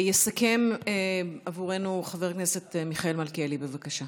יסכם עבורנו חבר הכנסת מיכאל מלכיאלי, בבקשה.